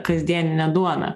kasdieninė duona